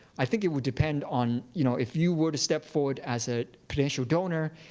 i think it would depend on, you know if you were to step forward as a potential donor,